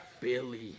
Billy